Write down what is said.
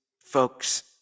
folks